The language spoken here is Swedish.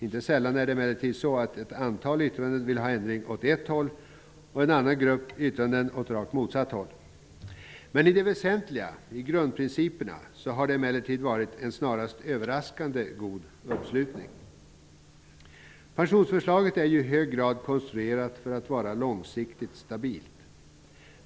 Inte sällan är det emellertid så att ett antal yttranden vill ha ändring åt ett håll, och en annan grupp yttranden åt rakt motsatt håll. I det väsentliga, i grundprinciperna har det emellertid varit en snarast överraskande god uppslutning. Pensionsförslaget är ju i hög grad konstruerat för att vara långsiktigt stabilt.